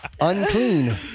unclean